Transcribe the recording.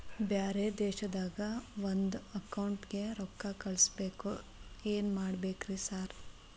ಬ್ಯಾರೆ ದೇಶದಾಗ ಒಂದ್ ಅಕೌಂಟ್ ಗೆ ರೊಕ್ಕಾ ಕಳ್ಸ್ ಬೇಕು ಏನ್ ಮಾಡ್ಬೇಕ್ರಿ ಸರ್?